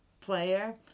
player